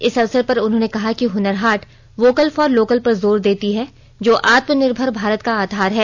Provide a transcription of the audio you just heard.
इस अवसर पर उन्होंने कहा कि Hunar Haat vocal for local पर जोर देती है जो आत्मनिर्भर भारत का आधार है